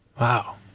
Wow